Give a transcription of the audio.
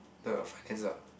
the finance ah